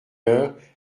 heures